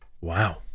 Wow